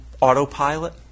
autopilot